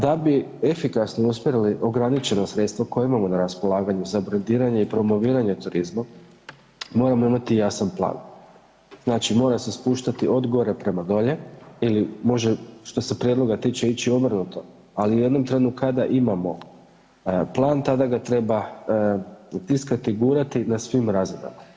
Da bi efikasno usmjerili ograničena sredstava koja imamo na raspolaganju za brendiranje i promoviranje turizma moramo imati jasan plan, znači mora se spuštati od gore prema dolje ili može što se prijedloga tiče ići obrnuto, ali u jednom trenu kada imamo plan tada ga treba tiskati, gurati na svim razinama.